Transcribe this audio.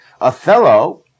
Othello